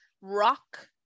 rock